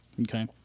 okay